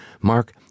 Mark